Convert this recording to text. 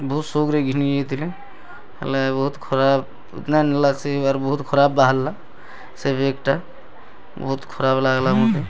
ବହୁତ୍ ଶୌକ୍ରେ ଘିନି ଯାଇଥିଲି ହେଲେ ବହୁତ୍ ଖରାପ୍ ନାଇଁ ନେଲା ସେ ଆର୍ ବହୁତ୍ ଖରାପ୍ ବାହାର୍ଲା ସେ ବେଗ୍ଟା ବହୁତ୍ ଖରାପ୍ ଲାଗ୍ଲା ମୋତେ